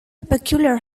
peculiar